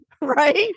right